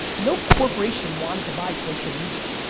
no corporation wanted to buy social media,